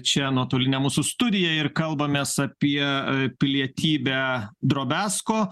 čia nuotolinę mūsų studiją ir kalbamės apie pilietybę drobesko